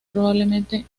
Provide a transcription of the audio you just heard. probablemente